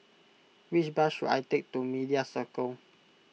which bus should I take to Media Circle